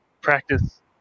practice